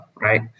right